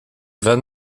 van